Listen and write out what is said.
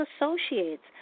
associates